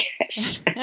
yes